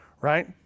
right